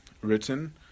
written